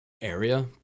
area